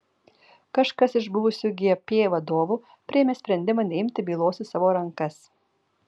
kažkas iš buvusių gp vadovų priėmė sprendimą neimti bylos į savo rankas